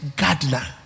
gardener